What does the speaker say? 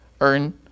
earn